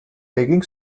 taking